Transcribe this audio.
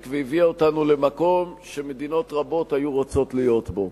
והביאה אותנו למקום שמדינות רבות היו רוצות להיות בו.